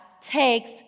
takes